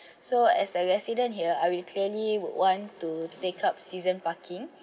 so as a resident here I will clearly want to take up season parking